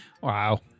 wow